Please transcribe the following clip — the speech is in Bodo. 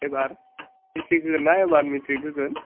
एबार मेट्रिक होगोनना एबार मेट्रिक होगोन